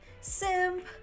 Simp